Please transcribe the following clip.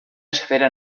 esfera